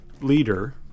leader